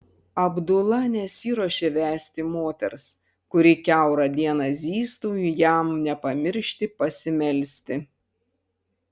abdula nesiruošė vesti moters kuri kiaurą dieną zyztų jam nepamiršti pasimelsti